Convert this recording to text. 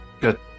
Good